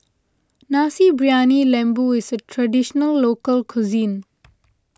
Nasi Briyani Lembu is a Traditional Local Cuisine